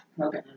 Okay